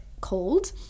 cold